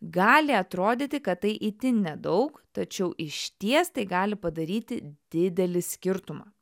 gali atrodyti kad tai itin nedaug tačiau išties tai gali padaryti didelį skirtumą